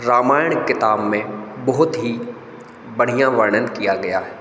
रामायण किताब में बहुत ही बढ़िया वर्णन किया गया है